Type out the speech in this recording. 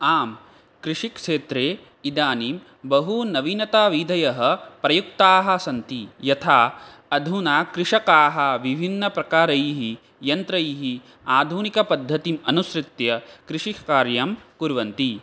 आं कृषिक्षेत्रे इदानीं बहुनवीनताविधयः प्रयुक्ताः सन्ति यथा अधुना कृषकाः विभिन्नप्रकारैः यन्त्रैः आधुनिकपद्धतिम् अनुसृत्य कृषिकार्यं कुर्वन्ति